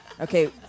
Okay